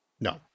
No